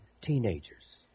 teenager's